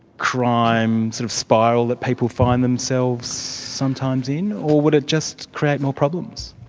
crime sort of spiral that people find themselves sometimes in? or will it just create more problems?